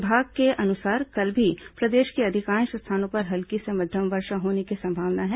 विभाग के अनुसार कल भी प्रदेश के अधिकांश स्थानों पर हल्की से मध्यम वर्षा होने की संभावना है